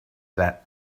that